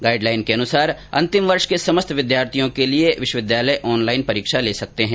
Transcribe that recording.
guide line के अनुसार अंतिम वर्ष के समस्त विद्यार्थियों के लिए विश्वविद्यालय ऑनलाइन परीक्षा ले सकते हैं